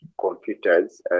computers